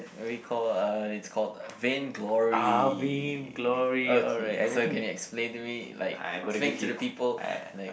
recall uh it's called Vainglory okay so can you explain to me like explain to the people like